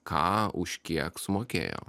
ką už kiek sumokėjo